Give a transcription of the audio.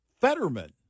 Fetterman